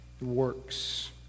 Works